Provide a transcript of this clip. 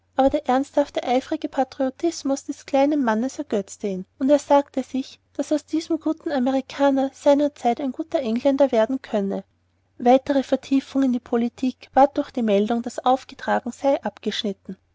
aber der ernsthafte eifrige patriotismus des kleinen mannes ergötzte ihn und er sagte sich daß aus diesem guten amerikaner seiner zeit ein guter engländer werden könne weitere vertiefung in die politik ward durch die meldung daß aufgetragen sei abgeschnitten